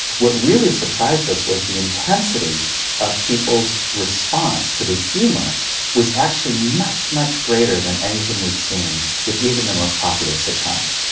what really surprised us was the intensity of people's response to the humour was actually much, much greater than anything we've seen with even the most popular sitcoms.